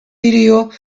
video